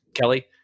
Kelly